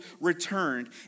returned